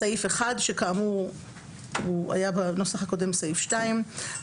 סעיף 1 שכאמור הוא היה בנוסח הקודם סעיף 2: "1.